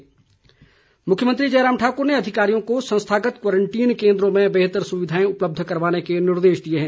मुख्यमंत्री मुख्यमंत्री जयराम ठाकुर ने अधिकारियों को संस्थागत क्वारंटीन केन्द्रों में बेहतर सुविधाएं उपलब्ध करवाने के निर्देश दिए हैं